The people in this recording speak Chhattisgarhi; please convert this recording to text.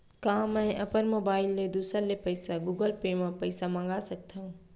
का मैं अपन मोबाइल ले दूसर ले पइसा गूगल पे म पइसा मंगा सकथव?